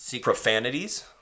profanities